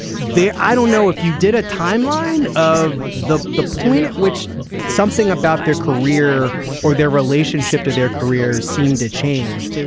there i don't know if you did a timeline of the the point at which something about their career or their relationship to their careers seemed to change.